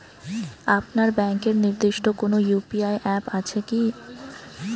আপনার ব্যাংকের নির্দিষ্ট কোনো ইউ.পি.আই অ্যাপ আছে আছে কি?